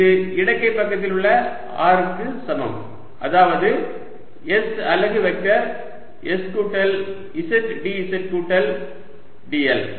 இது இடக்கை பக்கத்தில் உள்ள r க்கு சமம் அதாவது s அலகு வெக்டர் s கூட்டல் z dz கூட்டல் dl